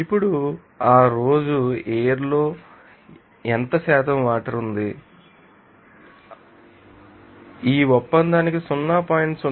ఇప్పుడు ఆ రోజు ఎయిర్ లో శాతం వాటర్ ఉంది అప్పుడు ఈ ఒప్పందానికి 0